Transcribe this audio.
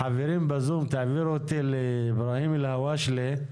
חברים בזום, תעבירו אותי לאיברהים אלהואשלה,